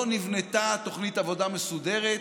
לא נבנתה תוכנית עבודה מסודרת,